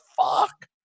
fuck